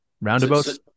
Roundabouts